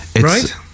Right